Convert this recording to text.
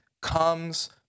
comes